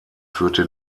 führte